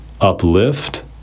Uplift